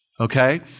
okay